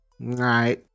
right